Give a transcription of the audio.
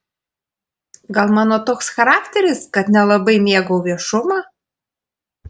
gal mano toks charakteris kad nelabai mėgau viešumą